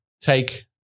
take